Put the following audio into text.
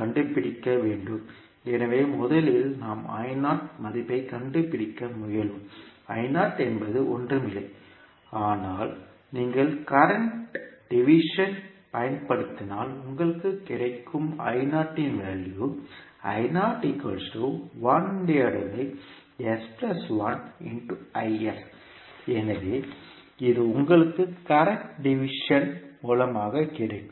கண்டுபிடிக்க வேண்டும் எனவே முதலில் நாம் மதிப்பை கண்டுபிடிக்க முயல்வோம் என்பது ஒன்றுமில்லை ஆனால் நீங்கள் கரண்ட் டிவிஷன் பயன்படுத்தினால் உங்களுக்கு கிடைக்கும் இன் வேல்யூ எனவே இது உங்களுக்கு கரண்ட் டிவிஷன் மூலமாகக் கிடைக்கும்